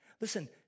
listen